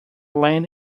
land